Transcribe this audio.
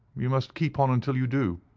you must keep on until you do.